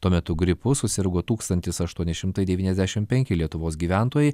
tuo metu gripu susirgo tūkstantis aštuoni šimtai devyniasdešim penki lietuvos gyventojai